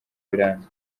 biranga